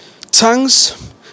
Tongues